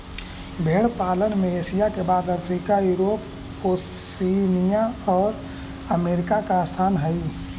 भेंड़ पालन में एशिया के बाद अफ्रीका, यूरोप, ओशिनिया और अमेरिका का स्थान हई